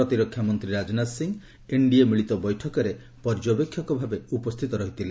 ପ୍ରତିରକ୍ଷା ମନ୍ତ୍ରୀ ରାଜନାଥ ସିଂହ ଏନଡିଏ ମିଳିତ ବୈଠକରେ ପର୍ଯ୍ୟବେକ୍ଷକଭାବରେ ଉପସ୍ଥିତ ରହିଥିଲେ